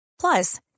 plus